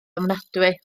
ofnadwy